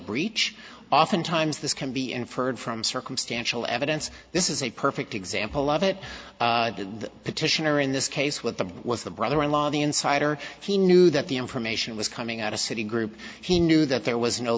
breach often times this can be inferred from circumstantial evidence this is a perfect example of it the petitioner in this case with the was the brother in law the insider he knew that the information was coming out of citi group he knew that there was no